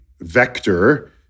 vector